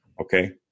Okay